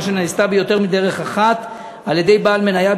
שנעשתה ביותר מדרך אחת על-ידי בעל מניה,